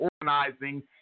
organizing